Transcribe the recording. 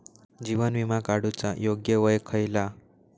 जीवन विमा काडूचा योग्य वय खयला?